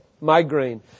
migraine